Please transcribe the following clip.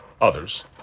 others